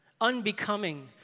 unbecoming